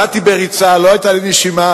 באתי בריצה, לא היתה לי נשימה.